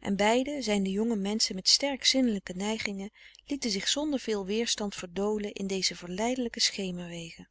en beiden zijnde jonge menschen met sterk zinnelijke neigingen lieten zich zonder veel weerstand verdolen frederik van eeden van de koele meren des doods in deze verleidelijke schemerwegen